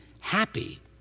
happy